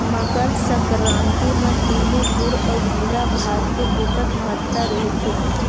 मकर संकरांति म तिली गुर अउ गिला भात के बिकट महत्ता रहिथे